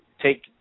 take